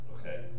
okay